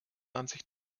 ansicht